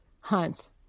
hunt